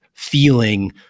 Feeling